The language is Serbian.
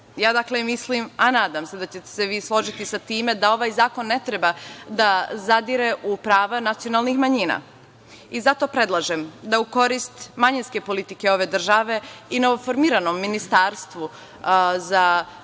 Ja mislim, a nadam se da ćete se vi složiti sa tim da ovaj zakon ne treba da zadire u prava nacionalnih manjina. Zato predlažem da se, u korist manjinske politike ove države, i novoformiranom Ministarstvu za